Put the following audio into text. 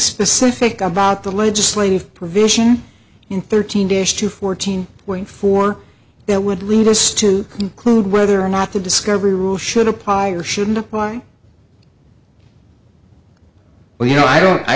specific about the legislative provision in thirteen days to fourteen point four that would lead us to conclude whether or not the discovery rules should apply or shouldn't apply but you know i don't i